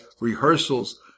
rehearsals